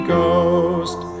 Ghost